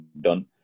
done